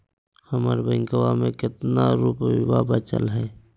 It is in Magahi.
हमर बैंकवा में कितना रूपयवा बचल हई?